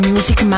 Music